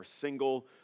single